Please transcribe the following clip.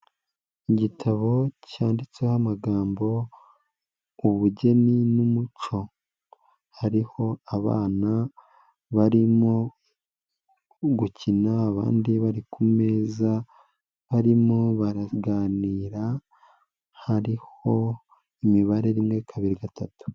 Igitabo cyanditseho amagambo ubugeni n'umuco. Hariho abana barimo gukina, abandi bari ku meza, barimo baraganira hariho imibare rimwe, kabiri, gatatu.